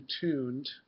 tuned